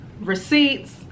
receipts